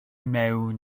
mewn